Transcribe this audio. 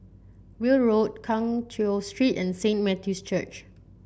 Weld Road Keng Cheow Street and Saint Matthew's Church